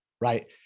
right